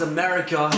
America